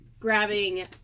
Grabbing